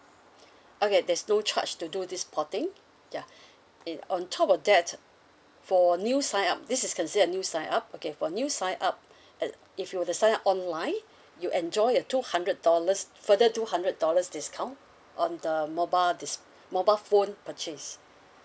okay there's no charge to do this porting ya and on top of that for new sign up this is considered a new sign up okay for new sign up at if you were to sign up online you enjoy a two hundred dollars further two hundred dollars discount on the mobile dis~ mobile phone purchase